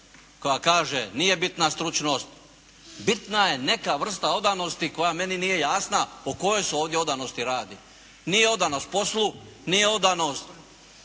Koja kaže nije bitna stručnost, bitna je neka vrsta odanosti koja meni nije jasna o kojoj se ovdje odanosti radi? Nije odanost poslu, nije odanost